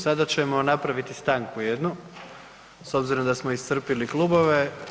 Sada ćemo napraviti stanku jednu s obzirom da smo iscrpili klubove.